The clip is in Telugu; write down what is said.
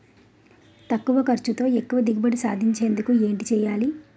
తక్కువ ఖర్చుతో ఎక్కువ దిగుబడి సాధించేందుకు ఏంటి చేయాలి?